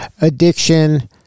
addiction